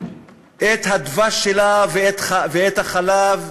הדבש שלה ואת החלב.